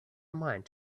mind